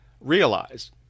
realize